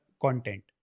content